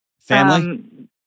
family